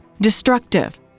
destructive